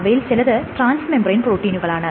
അവയിൽ ചിലത് transmembrane പ്രോട്ടീനുകളാണ്